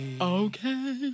Okay